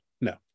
No